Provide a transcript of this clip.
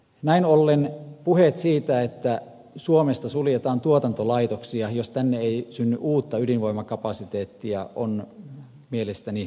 näin ollen puheet siitä että suomesta suljetaan tuotantolaitoksia jos tänne ei synny uutta ydinvoimakapasiteettia ovat mielestäni perusteettomia